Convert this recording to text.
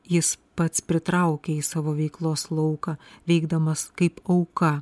jis pats pritraukia į savo veiklos lauką veikdamas kaip auka